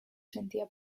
sentía